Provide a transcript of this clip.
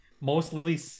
mostly